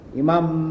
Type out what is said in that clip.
imam